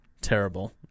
terrible